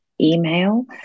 email